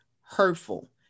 hurtful